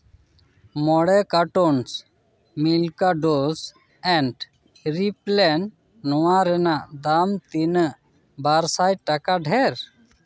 ᱢᱚᱬᱮ cartons milkers dose and replant ᱱᱚᱣᱟ ᱨᱮᱱᱟᱜ ᱫᱟᱢ ᱛᱤᱱᱟᱹᱜ ᱵᱟᱨ ᱥᱟᱭ ᱴᱟᱠᱟ ᱰᱷᱮᱨ